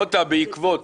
מוטה, אפשר לנסח "בעקבות".